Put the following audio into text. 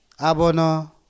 Abono